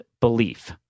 belief